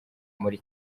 muri